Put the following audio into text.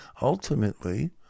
Ultimately